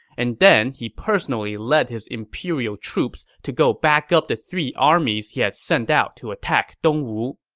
and then he personally led his imperial troops to go back up the three armies he had sent out to attack dongwu.